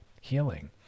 healing